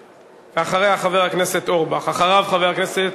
אחריה, חבר הכנסת אורבך, אחריו, חבר הכנסת